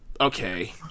okay